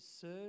serve